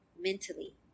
mentally